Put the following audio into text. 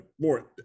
more